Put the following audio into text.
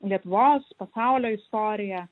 lietuvos pasaulio istoriją